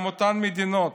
גם אותן מדינות,